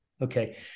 Okay